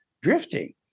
drifting